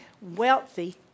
wealthy